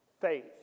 faith